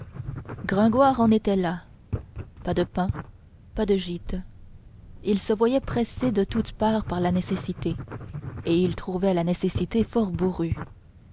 gringoire en était là pas de pain pas de gîte il se voyait pressé de toutes parts par la nécessité et il trouvait la nécessité fort bourrue